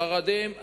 חרדים,